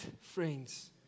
friends